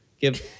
give